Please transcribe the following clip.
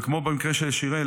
כמו במקרה של שיראל,